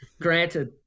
granted